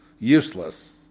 useless